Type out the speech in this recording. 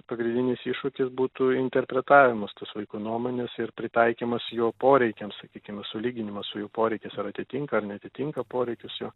pagrindinis iššūkis būtų interpretavimas tas vaiko nuomonės ir pritaikymas jo poreikiams sakykime sulyginimas su jų poreikiais ar atitinka ar neatitinka poreikius jo